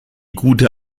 gute